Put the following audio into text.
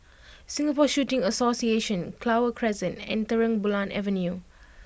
Singapore Shooting Association Clover Crescent and Terang Bulan Avenue